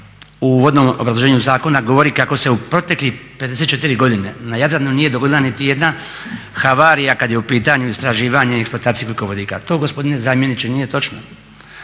u uvodnom obrazloženju zakona govori kako se u proteklih 54 godine na Jadranu nije dogodila niti jedna havarija kada je u pitanju istraživanje i eksploatacija ugljikovodika. To gospodine zamjeniče nije točno.